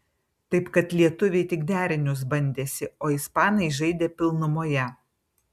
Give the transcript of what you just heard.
taip kad lietuviai tik derinius bandėsi o ispanai žaidė pilnumoje